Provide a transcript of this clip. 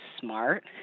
smart